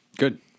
Good